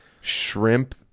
shrimp